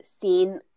seen